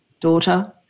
daughter